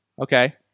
Okay